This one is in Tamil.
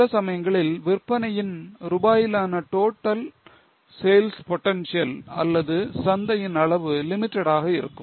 சில சமயங்களில் விற்பனையின் ரூபாயிலான total sales potential அல்லது சந்தையின் அளவு limited ஆக இருக்கும்